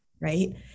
right